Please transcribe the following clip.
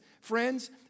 Friends